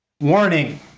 Warning